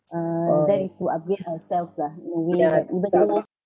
uh that is to upgrade ourselves lah we are even though